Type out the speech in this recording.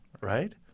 right